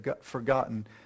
forgotten